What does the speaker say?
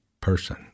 person